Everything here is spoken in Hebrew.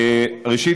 ראשית,